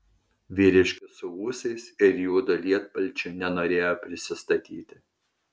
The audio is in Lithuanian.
vyriškis su ūsais ir juodu lietpalčiu nenorėjo prisistatyti